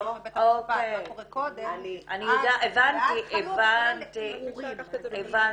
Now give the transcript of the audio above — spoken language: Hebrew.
מהרגע --- הבנתי, הבנתי, הבנתי.